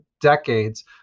decades